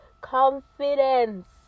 confidence